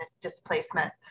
displacement